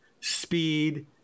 speed